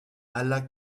alla